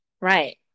right